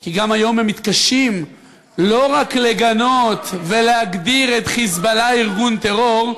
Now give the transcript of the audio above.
כי גם היום הם מתקשים לא רק לגנות ולהגדיר את "חיזבאללה" ארגון טרור,